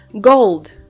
Gold